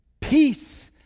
peace